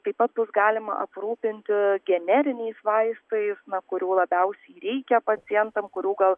taip pat bus galima aprūpinti generiniais vaistais na kurių labiausiai reikia pacientam kurių gal